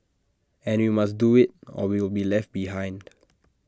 and we must do IT or we'll be left behind